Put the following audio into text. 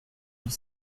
huit